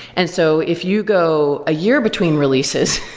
and so if you go a year between releases,